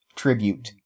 Tribute